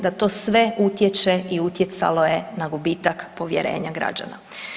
Da to sve utječe i utjecalo je na gubitak povjerenja građana.